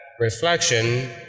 reflection